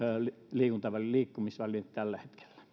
liikkumisväline liikkumisväline tällä hetkellä